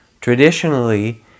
Traditionally